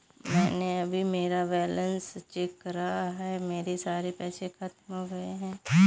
मैंने अभी मेरा बैलन्स चेक करा है, मेरे सारे पैसे खत्म हो गए हैं